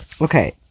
Okay